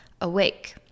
awake